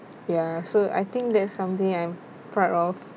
ya so I think that's something I'm proud of